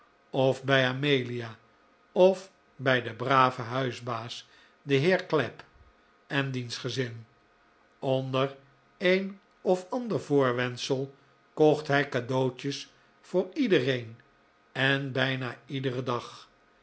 of bij amelia of bij den braven huisbaas den heer clapp en diens gezin onder een of ander voorwendsel kocht hij cadeautjes voor iedereen en bijna iederen dag